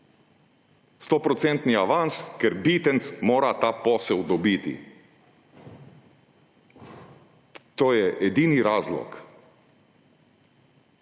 100 % avans, ker Bitenc mora ta posel dobiti.« To je edini razlog.